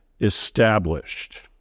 established